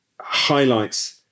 highlights